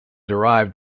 derived